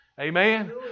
Amen